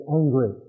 angry